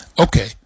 Okay